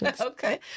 Okay